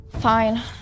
Fine